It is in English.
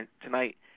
tonight